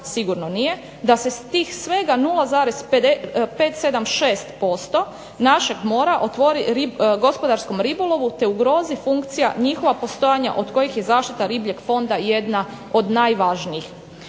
sigurno nije, da se tih svega 0,576% našeg mora otvori gospodarskom ribolovu te ugrozi funkcija njihova postojanja od kojih je zaštita ribljeg fonda jedna od najvažnijih.